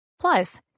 Plus